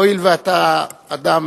הואיל ואתה אדם